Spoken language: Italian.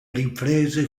riprese